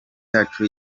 yacu